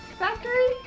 factory